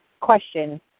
question